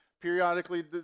periodically